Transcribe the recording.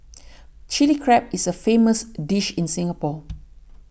Chilli Crab is a famous dish in Singapore